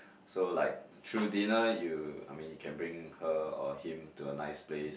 so like through dinner you I mean you can bring her or him to a nice place